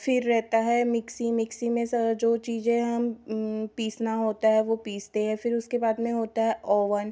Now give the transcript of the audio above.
फिर रहता है मिक्सी मिक्सी में जो चीज़ें हम पीसना होता है वह पीसते है फिर उसके बाद में होता है ओवन